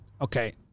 Okay